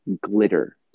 glitter